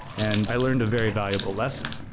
and i learned a very valuable lesson.